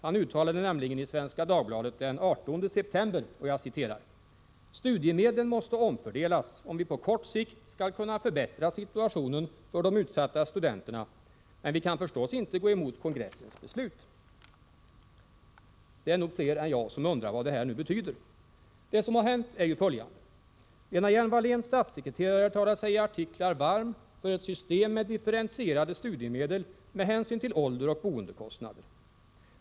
Han uttalade nämligen i Svenska Dagbladet den 18 september: ”Studiemedlen måste omfördelas om vi på kort sikt skall kunna förbättra situationen för de utsatta studenterna, men vi kan förstås inte gå emot kongressens beslut.” Det är nog fler än jag som undrar vad det här betyder. Det som har hänt är följande. Lena Hjelm-Walléns statssekreterare talar sig i artiklar varm för ett system med differentierande studiemedel med hänsyn till ålder och boendekostnader.